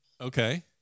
Okay